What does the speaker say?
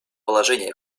положения